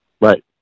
Right